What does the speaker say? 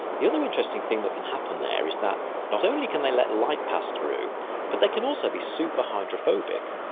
the other interesting thing that can happen there is that not only can they let light pass through but they can also be super hydrophobic,